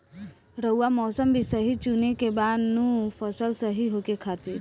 रऊआ मौसम भी सही चुने के बा नु फसल सही होखे खातिर